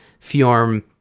Fjorm